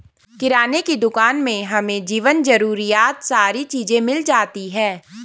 किराने की दुकान में हमें जीवन जरूरियात सारी चीज़े मिल जाती है